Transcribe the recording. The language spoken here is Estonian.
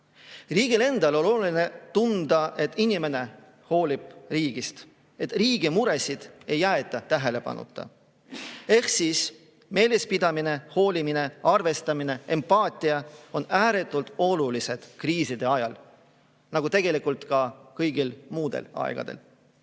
Riigil on oluline tunda, et inimene hoolib riigist, et riigi muresid ei jäeta tähelepanuta. Ehk siis meelespidamine, hoolimine, arvestamine, empaatia on ääretult olulised kriiside ajal, nagu tegelikult ka kõigil muudel aegadel. Täna